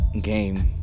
Game